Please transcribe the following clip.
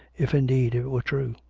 if indeed it were true.